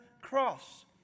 cross